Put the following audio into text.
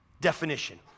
definition